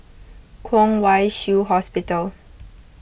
Kwong Wai Shiu Hospital